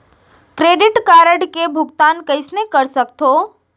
Credit card के भुगतान कइसने कर सकथो?